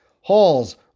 Halls